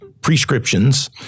prescriptions